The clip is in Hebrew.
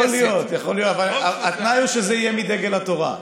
יכול להיות, אבל התנאי הוא שזה יהיה מדגל התורה.